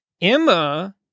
Emma